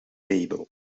label